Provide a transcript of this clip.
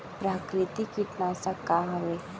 प्राकृतिक कीटनाशक का हवे?